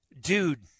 Dude